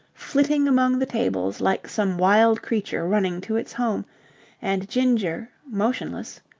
flitting among the tables like some wild creature running to its home and ginger, motionless,